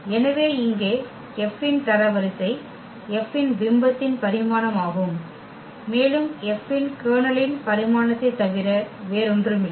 எனவே இங்கே F இன் தரவரிசை F இன் பிம்பத்தின் பரிமாணமாகும் மேலும் Fஇன் கர்னலின் பரிமாணத்தைத் தவிர வேறொன்றுமில்லை